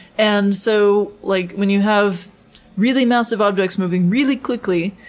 and so like when you have really massive objects moving really quickly,